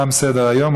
תם סדר-היום.